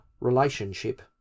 relationship